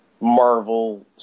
Marvel